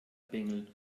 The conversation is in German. bengel